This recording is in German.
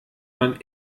man